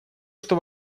что